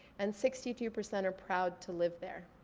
and sixty two percent are proud to live there.